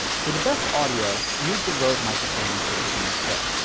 for the best audio, use the road microphone included in the kit.